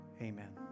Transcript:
amen